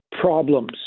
problems